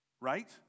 Right